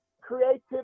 creativity